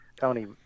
Tony